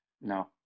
No